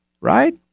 right